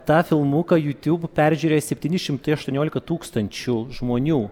tą filmuką jūtiūb peržiūrėjo septyni šimtai aštuoniolika tūkstančių žmonių